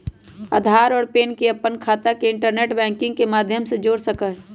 आधार और पैन के अपन खाता से इंटरनेट बैंकिंग के माध्यम से जोड़ सका हियी